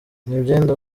nyabyenda